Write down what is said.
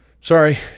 sorry